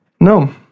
No